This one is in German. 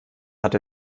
hat